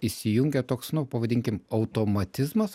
įsijungia toks nu pavadinkim automatizmas